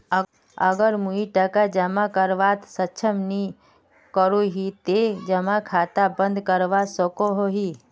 अगर मुई टका जमा करवात सक्षम नी करोही ते जमा खाता बंद करवा सकोहो ही?